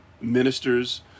ministers